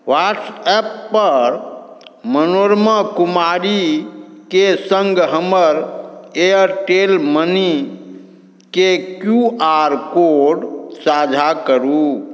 WhatsApp पर मनोरमा कुमारीके संग हमर एयरटेल मनी के क्यू आर कोड साझा करू